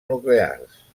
nuclears